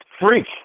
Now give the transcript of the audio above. freak